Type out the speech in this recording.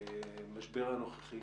מהמשבר הנוכחי